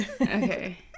okay